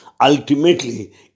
Ultimately